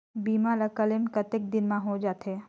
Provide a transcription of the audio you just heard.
बीमा ला क्लेम कतेक दिन मां हों जाथे?